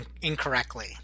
incorrectly